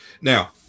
Now